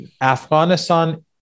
Afghanistan